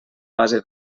base